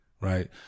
right